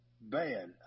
bad